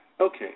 Okay